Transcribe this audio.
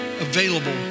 available